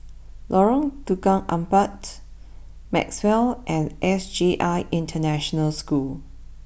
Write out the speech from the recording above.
Lorong Tukang Empat Maxwell and S J I International School